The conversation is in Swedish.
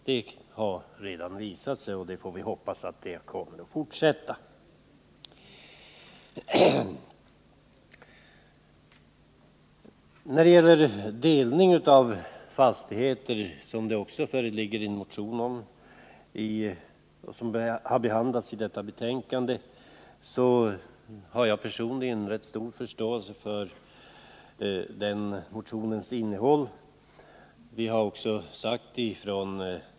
Vi får hoppas att denna stabiliserande verkan kommer att fortsätta. Det föreligger också en motion om delning av fastigheter. Även den motionen har behandlats i jordbruksutskottets betänkande 32, och jag har personligen stor förståelse för dess innehåll.